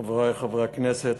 חברי חברי הכנסת,